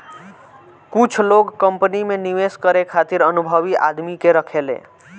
कुछ लोग कंपनी में निवेश करे खातिर अनुभवी आदमी के राखेले